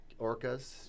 orcas